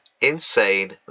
Insane